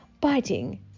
biting